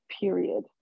period